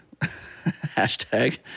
hashtag